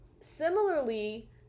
similarly